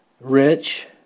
rich